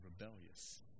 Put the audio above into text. rebellious